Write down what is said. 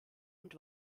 und